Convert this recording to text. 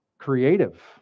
Creative